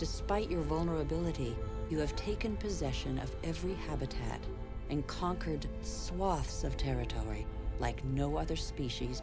despite your vulnerability you have taken possession of every habitat and conquered swaths of territory like no other species